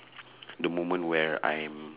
the moment where I'm